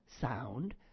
sound